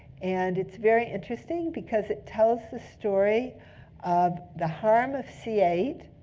and it's very interesting, because it tells the story of the harm of c eight.